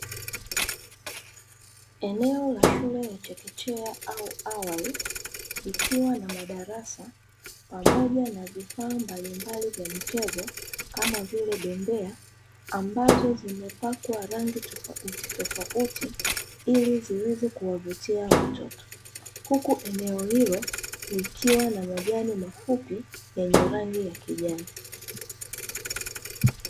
Eneo la shule ya chekechea au awali, likiwa na madarasa pamoja na vifaa mbalimbali vya michezo, kama vile bembea ambazo zimepakwa rangi tofautitofauti ili ziweze kuwavutia watoto. Huku eneo hilo likiwa na majani mafupi yenye rangi ya kijani.